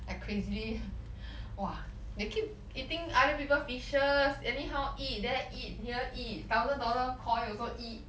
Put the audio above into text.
like crazily !wah! they keep eating other people fishes anyhow eat there eat here eat thousand dollar koi also eat